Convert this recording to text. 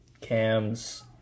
Cam's